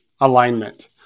alignment